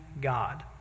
God